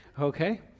Okay